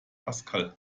pascal